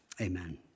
Amen